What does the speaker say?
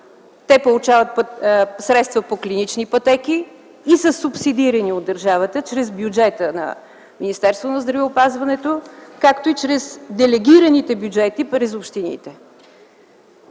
те получават средства по клинични пътеки и са субсидирани от държавата чрез бюджета на Министерството на здравеопазването, както и чрез делегираните бюджети през общините.